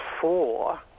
four